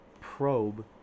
probe